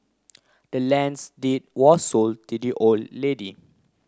the land's deed was sold to the old lady